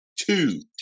two